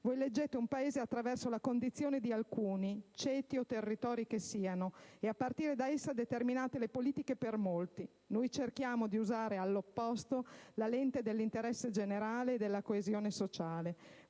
Voi leggete un Paese attraverso la condizione di alcuni, ceti o territori che siano, e, a partire da essa, determinate le politiche per molti. Noi cerchiamo di usare, all'opposto, la lente dell'interesse generale e della coesione sociale.